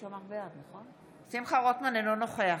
אינו נוכח